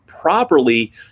properly